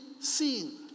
seen